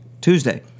Tuesday